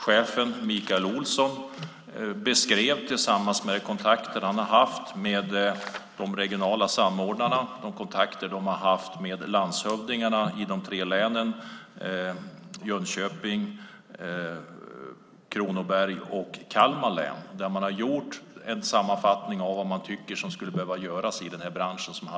Chefen, Mikael Olsson, beskrev de kontakter de haft med de regionala samordnarna och med landshövdingarna i de tre länen Jönköpings, Kronobergs och Kalmar län liksom den sammanfattning de gjort av vad de tycker skulle behöva göras i branschen.